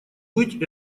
быть